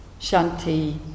Shanti